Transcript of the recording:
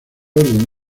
orden